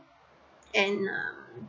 and um